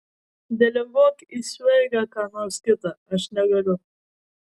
deleguok į sueigą ką nors kitą aš negaliu